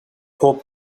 hoped